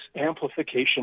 amplification